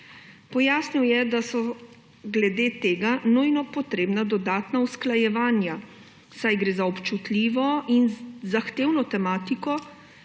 Pojasnil je, da so glede tega nujno potrebna dodatna usklajevanja, saj gre za občutljivo in zahtevno tematiko,